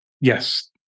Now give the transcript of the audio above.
Yes